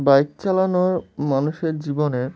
bike চালানোর মানুষের জীবনে